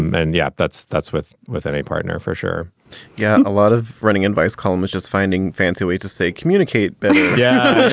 um and yeah, that's that's with with and a partner for sure yeah. a lot of running advice column is just finding fancy way to say communicate but yeah